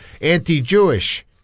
anti-Jewish